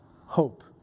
hope